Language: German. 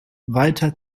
weiter